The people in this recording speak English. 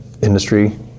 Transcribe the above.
industry